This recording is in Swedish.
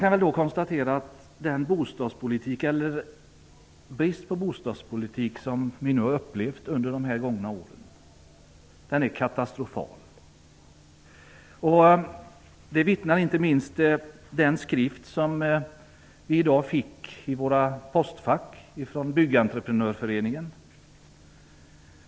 Man kan konstatera att den bostadspolitik eller brist på bostadspolitik som vi har upplevt under de gångna åren är katastrofal. Det vittnar inte minst den skrift om som vi i dag fick i våra postfack från byggentreprenörföreningen.